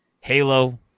Halo